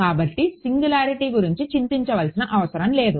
కాబట్టి సింగులారిటీ గురించి చింతించవలసిన అవసరం లేదు